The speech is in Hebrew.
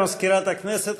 תודה למזכירת הכנסת.